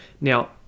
Now